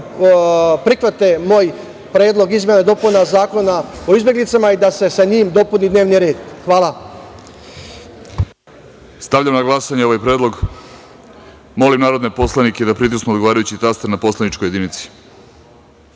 prihvate moj predlog izmena i dopuna Zakona o izbeglicama i da se sa njim dopuni dnevni red. Hvala. **Vladimir Orlić** Stavljam na glasanje ovaj predlog. Molim narodne poslanike da pritisnu odgovarajući taster na poslaničkoj